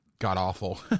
god-awful